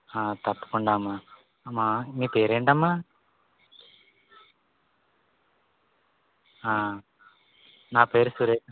తప్పకుండామా మా మీ పేరేంటమ్మా నా పేరు సురేష్